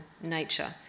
nature